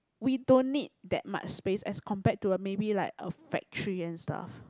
we don't need that much space as compare to a maybe like a factory and stuff